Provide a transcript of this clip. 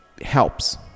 helps